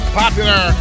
popular